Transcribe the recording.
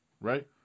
right